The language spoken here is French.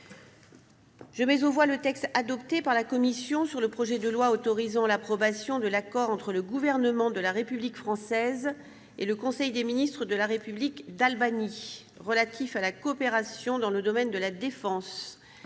Je mets aux voix le texte adopté par la commission sur le projet de loi autorisant l'approbation de l'accord entre le Gouvernement de la République française et le Conseil des ministres de la République d'Albanie relatif à la coopération dans le domaine de la défense